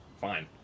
fine